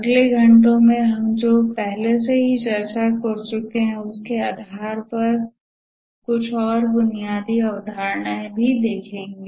अगले घंटे में हम जो पहले से ही चर्चा कर चुके हैं उसके आधार पर कुछ और बुनियादी अवधारणाएँ भी होंगी